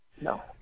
no